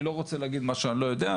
אני לא רוצה להגיד משהו שאני לא יודע,